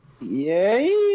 Yay